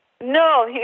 No